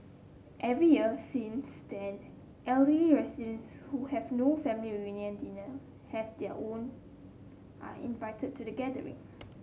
every year since then elderly residents who have no family reunion dinner have their own are invited to the gathering